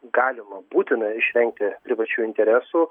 galima būtina išvengti privačių interesų